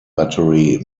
battery